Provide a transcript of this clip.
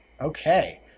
Okay